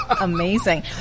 amazing